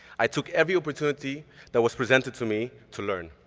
i took every opportunity that was presented to me to learn.